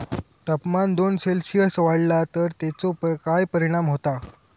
तापमान दोन सेल्सिअस वाढला तर तेचो काय परिणाम होता?